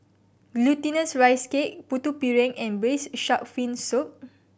Glutinous Rice Cake Putu Piring and Braised Shark Fin Soup